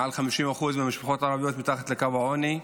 מעל ל-50% מהמשפחות הערביות מתחת לקו העוני.